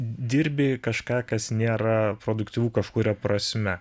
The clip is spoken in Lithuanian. dirbi kažką kas nėra produktyvu kažkuria prasme